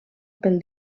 pel